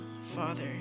Father